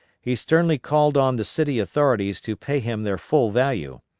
he sternly called on the city authorities to pay him their full value.